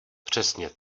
přesně